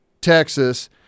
Texas